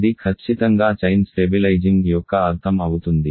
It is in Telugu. ఇది ఖచ్చితంగా చైన్ స్టెబిలైజింగ్ యొక్క అర్థం అవుతుంది